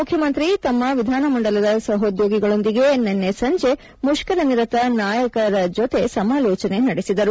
ಮುಖ್ಯಮಂತ್ರಿ ತಮ್ಮ ವಿಧಾನಮಂಡಲದ ಸಹೋದ್ಯೋಗಿಗಳೊಂದಿಗೆ ನಿನ್ನೆ ಸಂಜೆ ಮುಷ್ಕರನಿರತ ನಾಯಕರ ಜೊತೆ ಸಮಾಲೋಚನೆ ನಡೆಸಿದರು